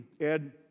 Ed